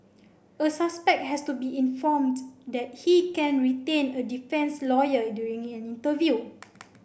a suspect has to be informed that he can retain a defence lawyer during an interview